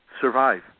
survive